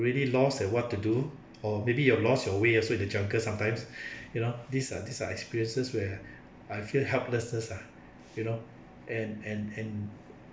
really lost at what to do or maybe you have lost your way also in the jungle sometimes you know these are these are experiences where I feel helplessness ah you know and and and